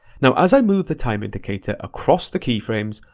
now as i move the time indicator across the keyframes,